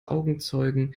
augenzeugen